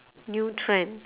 new trend